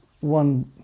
one